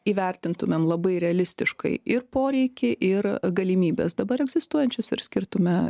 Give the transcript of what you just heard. įvertintumėm labai realistiškai ir poreikį ir galimybes dabar egzistuojančias ir skirtume